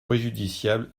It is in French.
préjudiciable